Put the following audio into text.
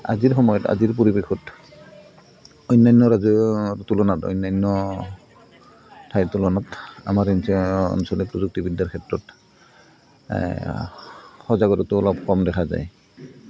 আজিৰ সময়ত আজিৰ পৰিৱেশত অন্যান্য ৰাজ তুলনাত অন্যান্য ঠাইৰ তুলনাত আমাৰ অঞ্চল প্ৰযুক্তিবিদ্যাৰ ক্ষেত্ৰত এ সজাগতাটো অলপ কম দেখা যায়